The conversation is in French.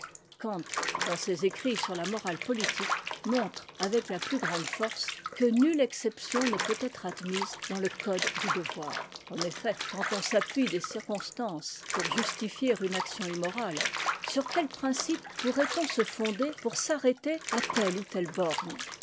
kant dans ses écrits sur la morale politique montre avec la plus grande force que nulle exception ne peut être admise dans le code du devoir en effet quand on s'appuie des circonstances pour justifier une action immorale sur quel principe pourrait-on se fonder pour s'arrêter à telle ou te e borne